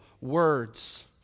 words